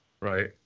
Right